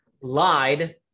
lied